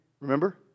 remember